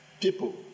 people